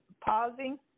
pausing